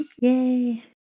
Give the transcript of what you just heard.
Yay